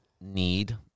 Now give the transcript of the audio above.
need